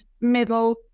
middle